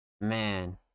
Man